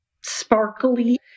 sparkly